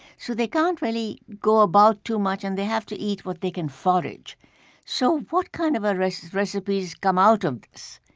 so they can't really go about too much. and they have to eat what they can forage so what kind of ah recipes recipes come out of this?